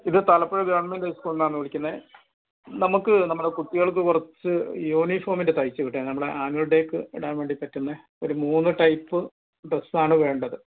ഇത് Thalappuzha government high സ്കൂളിൽ നിന്നാണ് വിളിക്കുന്നത് നമുക്ക് നമ്മുടെ കുട്ടികൾക്ക് കുറച്ച് യൂണിഫോമിൻ്റെ തയ്ച്ചു കിട്ടാൻ നമ്മുടെ ആനുവൽ ടെയ്ക്ക് ഇടാൻ വേണ്ടി പറ്റുന്ന ഒരു മൂന്ന് ടൈപ്പ് ഡ്രെസ്സാണ് വേണ്ടത്